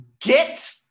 Get